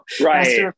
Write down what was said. right